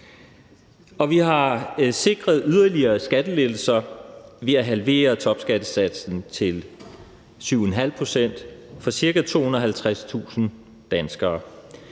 vi har sikret yderligere skattelettelser ved at halvere topskattesatsen til 7½ pct. for ca. 250.000 danskere.